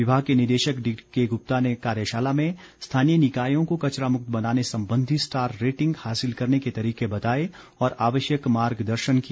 विभाग के निदेशक डीके गुप्ता ने कार्यशाला में स्थानीय निकायों को कचरा मुक्त बनाने संबंधी स्टार रेटिंग हासिल करने के तरीके बताए और आवश्यक मार्ग दर्शन किया